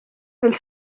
elle